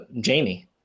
jamie